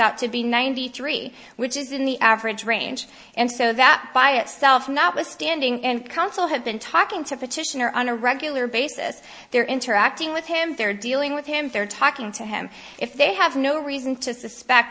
out to be ninety three which is in the average range and so that by itself not withstanding and counsel have been talking to petitioner on a regular basis they're interacting with him they're dealing with him they're talking to him if they have no reason to suspect